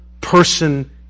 person